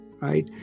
right